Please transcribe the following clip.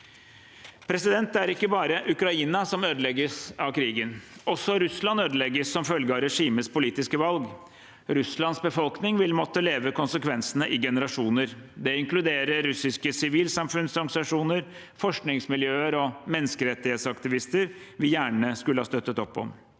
Det er ikke bare Ukraina som ødelegges av krigen. Også Russland ødelegges som følge av regimets politiske valg. Russlands befolkning vil måtte leve med konsekvensene i generasjoner. Det inkluderer russiske sivilsamfunnsorganisasjoner, forskningsmiljøer og menneskerettighetsaktivister vi gjerne skulle ha støttet opp om.